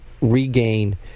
regain